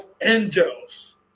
angels